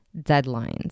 deadlines